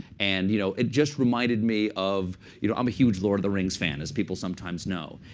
and you know it just reminded me of you know i'm a huge lord of the rings fan, as people sometimes know.